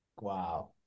Wow